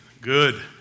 Good